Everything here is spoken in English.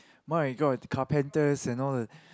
my I got a carpenter and all the